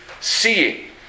seeing